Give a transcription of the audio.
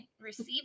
receive